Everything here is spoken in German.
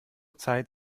zeit